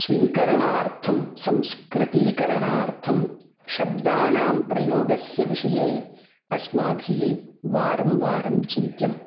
स्वीकरणार्थं संस्कृतीकरणार्थं शब्दानां प्रयोगस्य विषये अस्माभिः वारं वारं चिन्त्यम्